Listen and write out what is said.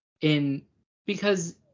in—because—